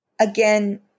Again